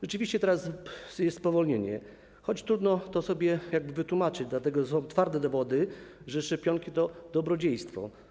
Rzeczywiście teraz jest spowolnienie, choć trudno to sobie wytłumaczyć, dlatego że są twarde dowody na to, że szczepionki są dobrodziejstwem.